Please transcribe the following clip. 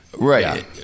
right